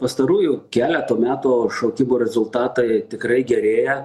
pastarųjų keleto metų šaukimo rezultatai tikrai gerėja